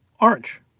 orange